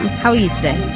how are you today?